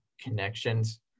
connections